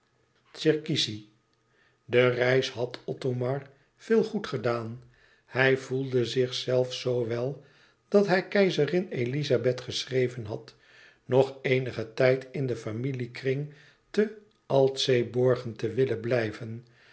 de reis had othomar veel goed gedaan hij voelde zich zelfs zoo wel dat hij keizerin elizabeth geschreven had nog eenigen tijd in den familiekring te altseeborgen te willen blijven